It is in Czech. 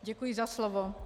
Děkuji za slovo.